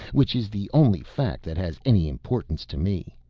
which is the only fact that has any importance to me.